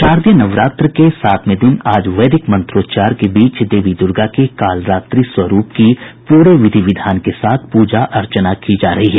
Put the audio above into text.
शारदीय नवरात्र के सातवें दिन आज वैदिक मंत्रोच्चार के बीच देवी दर्गा के कालरात्रि स्वरूप की पूरे विधि विधान के साथ पूजा अर्चना की जा रही है